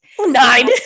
nine